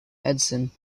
edson